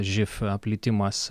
živ plitimas